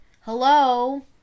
hello